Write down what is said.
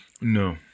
No